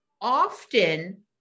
often